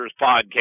Podcast